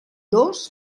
dos